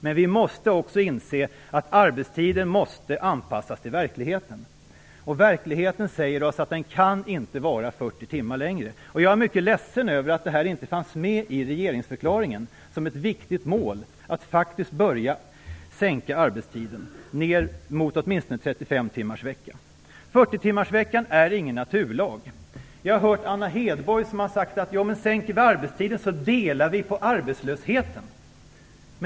Men vi måste också inse att arbetstiden måste anpassas till verkligheten. Verkligheten säger oss att den inte kan vara 40 timmar längre. Jag är mycket ledsen över att detta inte fanns med i regeringsförklaringen som ett viktigt mål, att faktiskt börja sänka arbetstiden ned mot åtminstone 40-timmarsveckan är ingen naturlag. Vi har hört Anna Hedborg säga: Sänker vi arbetstiden delar vi på arbetslösheten.